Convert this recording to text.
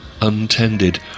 untended